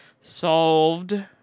solved